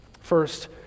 First